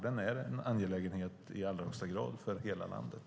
Den är i allra högsta grad en angelägenhet för hela landet.